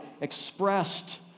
expressed